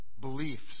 beliefs